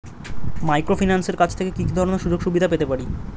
মাইক্রোফিন্যান্সের কাছ থেকে কি কি ধরনের সুযোগসুবিধা পেতে পারি?